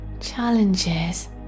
Challenges